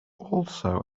also